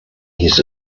his